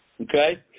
okay